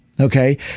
Okay